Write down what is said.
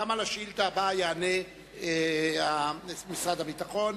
על השאילתא הבאה יענה משרד הביטחון.